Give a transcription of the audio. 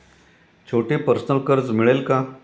छोटे पर्सनल कर्ज मिळेल का?